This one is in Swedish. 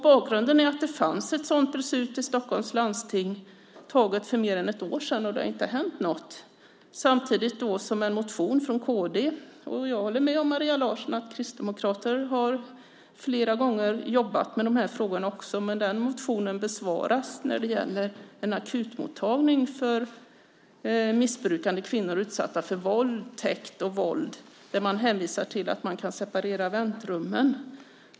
Bakgrunden är att det fanns ett sådant beslut i Stockholms landsting, taget för mer än ett år sedan, och det har inte hänt något. Samtidigt har det varit en motion från kd. Jag håller med Maria Larsson om att kristdemokrater flera gånger har jobbat med de här frågorna, men den motionen besvaras när det gäller en akutmottagning för missbrukande kvinnor utsatta för våldtäkt och våld, där man hänvisar till att man kan separera väntrummen.